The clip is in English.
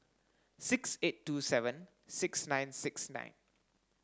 six eight two seven six nine six nine